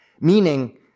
Meaning